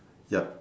yup